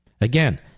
Again